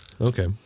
okay